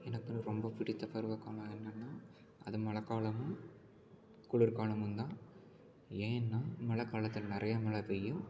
எனக்கு ரொம்ப பிடித்த பருவகாலம் என்னன்னா அது மழைக்காலமும் குளிர் காலமும் தான் ஏன்னா மழைக்காலத்தில் நிறையா மழை பெய்யும்